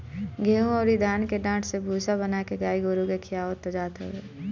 गेंहू अउरी धान के डाठ से भूसा बना के गाई गोरु के खियावल जात हवे